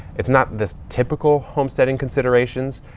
it's not this typical homesteading considerations,